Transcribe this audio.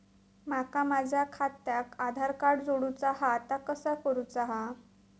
माका माझा खात्याक आधार कार्ड जोडूचा हा ता कसा करुचा हा?